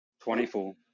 Twenty-four